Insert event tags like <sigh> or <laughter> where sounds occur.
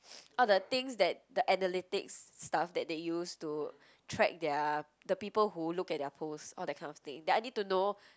<noise> all the things that the analytics stuffs that they used to track their the people who look at their post all that kind of thing then I need to know